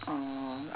uh